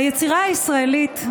היצירה הישראלית,